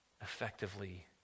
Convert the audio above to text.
effectively